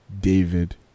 David